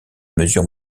mesure